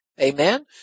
Amen